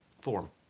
form